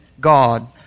God